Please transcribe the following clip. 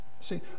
See